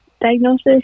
diagnosis